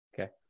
Okay